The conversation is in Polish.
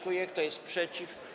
Kto jest przeciw?